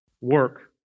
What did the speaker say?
work